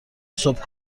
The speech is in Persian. صبح